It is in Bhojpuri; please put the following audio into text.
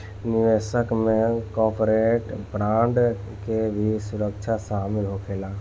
निवेश में कॉर्पोरेट बांड के भी सुरक्षा शामिल होखेला